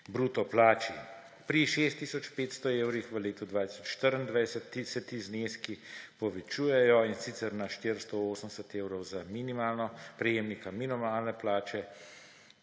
bruto plači. Pri 6 tisoč 500 evrih v letu 2024 se ti zneski povečujejo, in sicer na 480 evrov za prejemnika minimalne plače,